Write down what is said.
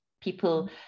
people